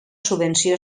subvenció